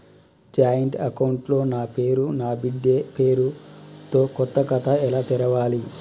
Joint account లో నా పేరు నా బిడ్డే పేరు తో కొత్త ఖాతా ఎలా తెరవాలి?